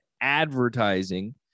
advertising